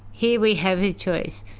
here we have a choice.